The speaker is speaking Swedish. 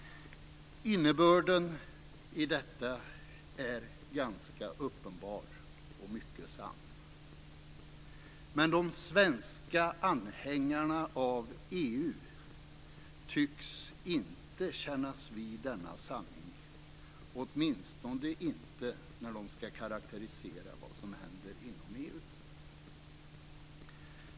Innebörden i detta är ganska uppenbar och mycket sann. Men de svenska anhängarna av EU tycks inte kännas vid denna sanning, åtminstone inte när de ska karakterisera vad som händer inom EU.